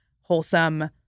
wholesome